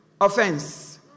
offense